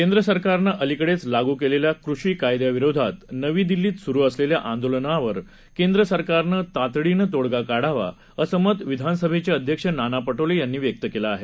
केंद्र सरकारनं अलिकडेच लागू केलेल्या कृषी कायद्यांविरोधात नवी दिल्लीत सुरु असलेल्या आंदोलनावर केंद्र सरकारनं तातडीनं तोडगा काढावा असं मत विधानसभेचे अध्यक्ष नाना पटोले यांनी व्यक्त केलं आहे